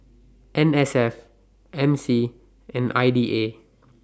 N S F M C and I D A